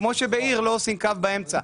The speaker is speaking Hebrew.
כמו שבעיר לא עושים קו באמצע.